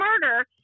murder